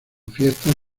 fiestas